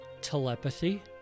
Telepathy